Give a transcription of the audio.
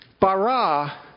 Bara